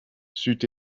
c’eût